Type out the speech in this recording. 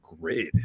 grid